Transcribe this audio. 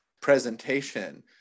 presentation